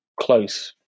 close